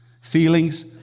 Feelings